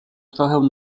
trochę